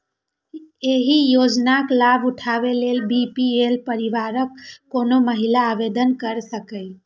एहि योजनाक लाभ उठाबै लेल बी.पी.एल परिवारक कोनो महिला आवेदन कैर सकैए